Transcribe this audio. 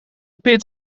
pitt